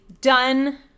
done